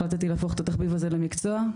החלטתי להפוך את התחביב הזה למקצוע.